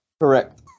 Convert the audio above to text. correct